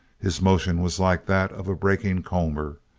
his motion was like that of a breaking comber.